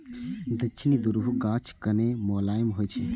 दक्षिणी ध्रुवक गाछ कने मोलायम होइ छै